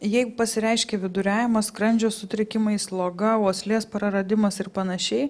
jeigu pasireiškia viduriavimas skrandžio sutrikimai sloga uoslės praradimas ir panašiai